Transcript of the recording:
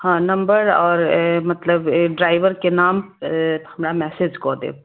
हॅं नम्बर आओर मतलब ड्राईवर के नाम हमरा मैसेज कऽ देब